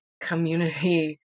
community